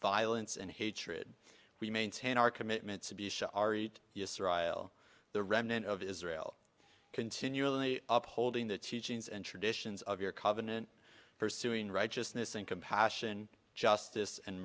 violence and hatred we maintain our commitment to be sure our eat us or i'll the remnant of israel continually up holding the teachings and traditions of your covenant pursuing righteousness and compassion justice and